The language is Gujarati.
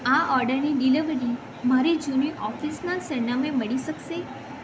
આ ઓર્ડરની ડિલિવરી મારી જૂની ઓફિસનાં સરનામે મળી શકશે